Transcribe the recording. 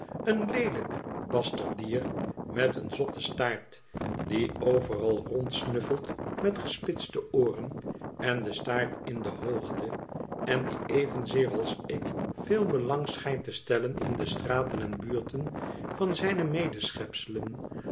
een leelijk basterddier met een zotten staart die overal rondsnuffelt met gespitste ooren en de staart in de hoogte en die evenzeer als ik veel belang schijnt te stellen in de straten en buurten van zijne